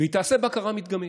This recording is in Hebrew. והיא תעשה בקרה מדגמית.